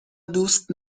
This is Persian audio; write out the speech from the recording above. دوست